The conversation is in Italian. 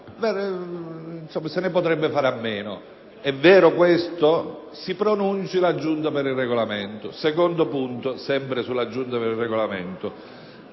si potrebbe fare a meno. È vero questo? Si pronunci la Giunta per il Regolamento. Il secondo punto, sempre sulla Giunta per il Regolamento,